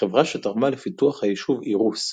חברה שתרמה לפיתוח היישוב "אירוס",